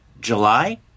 July